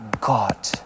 God